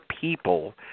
people